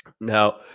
Now